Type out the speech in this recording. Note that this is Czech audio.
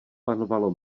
panovalo